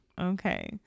okay